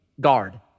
guard